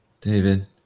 David